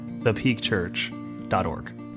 thepeakchurch.org